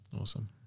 Awesome